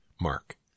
Mark